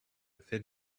thin